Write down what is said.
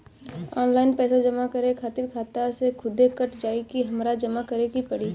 Online पैसा जमा करे खातिर खाता से खुदे कट जाई कि हमरा जमा करें के पड़ी?